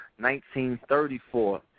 1934